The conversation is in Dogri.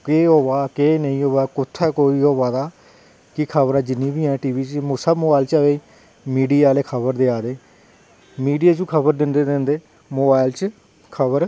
केह् होआ केह् नेईं होआ कुत्थें केह् बंदे गी होआ की खबर जिन्नी बी ऐ एह् हर खबर मोबाईल च आवा दी मीडिया आह्ले खबर देआ दे मीडिया च खबर दिंदे दिंदे मोबाईल च खबर